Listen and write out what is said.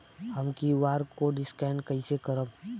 हम QR code scan कइसे करब?